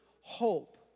hope